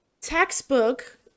textbook